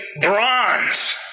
bronze